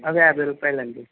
అవి యాభై రూపాయలు అండి